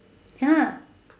ya